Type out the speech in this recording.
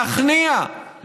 להכניע,